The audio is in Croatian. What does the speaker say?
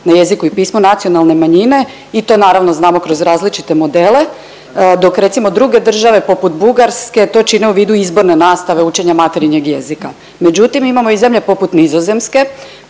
na jeziku i pismu nacionalne manjine i to naravno znamo kroz različite modele, dok recimo druge države poput Bugarske to čine u vidu izborne nastave učenja materinjeg jezika. Međutim imamo i zemlje poput Nizozemske